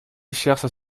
cherchent